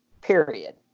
period